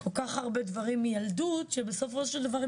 כל כך הרבה דברים מילדות שבסופו של דבר הם